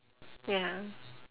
ya